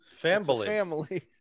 family